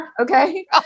Okay